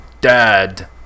Dad